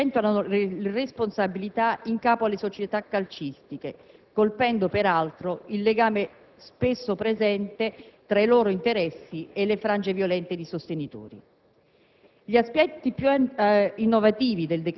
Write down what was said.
intervenendo con misure strutturali che accentuano le responsabilità in capo alle società calcistiche, colpendo peraltro il legame spesso presente tra i loro interessi e le frange violente di sostenitori.